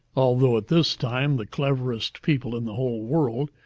although at this time the cleverest people in the whole world,